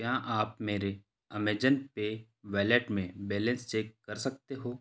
क्या आप मेरे अमेज़न पे वॉलेट में बैलेंस चेक कर सकते हो